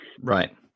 Right